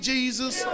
Jesus